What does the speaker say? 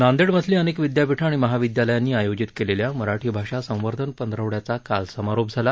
नांदेडमधली अनेक विद्यापीठं आणि महाविद्यालायांनी आयोजित केलेल्या मराठी भाषा संवर्धन पंधरवा आचा काल समारोप झाला